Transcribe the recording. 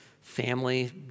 family